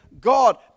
God